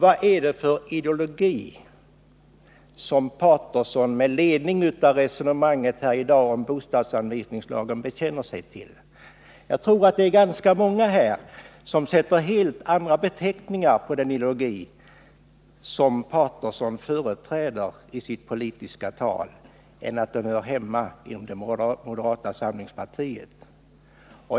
Vad är det för ideologi som herr Paterson med ledning av resonemanget här i dag om bostadsanvisningslagen bekänner sig till? Jag tror att det är ganska många här som har helt andra beteckningar för den ideologi herr Paterson företräder i sitt politiska tal — och som inte anser att den hör hemma inom moderata samlingspartiet.